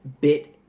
bit